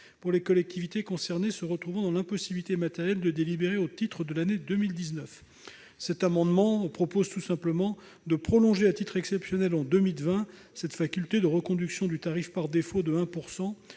pour les collectivités concernées se retrouvant dans l'impossibilité matérielle de délibérer au titre de l'année 2019. Cet amendement vise à prolonger à titre exceptionnel en 2020 cette faculté de reconduction du tarif par défaut de 1